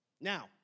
Now